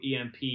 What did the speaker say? EMP